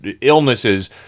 illnesses